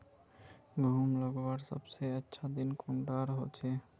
गहुम लगवार सबसे अच्छा दिन कुंडा होचे?